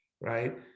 Right